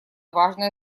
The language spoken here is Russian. важное